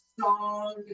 song